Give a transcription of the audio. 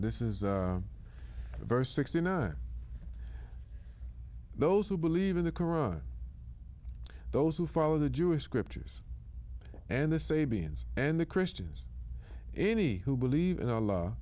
this is verse sixty nine those who believe in the koran those who follow the jewish scriptures and the sabin's and the christians any who believe in allah